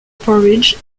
porridge